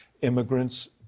immigrant's